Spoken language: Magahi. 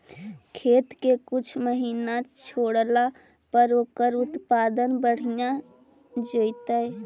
खेत के कुछ महिना छोड़ला पर ओकर उत्पादन बढ़िया जैतइ?